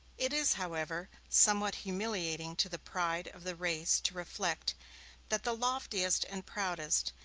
it is, however, somewhat humiliating to the pride of the race to reflect that the loftiest and proudest,